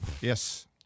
Yes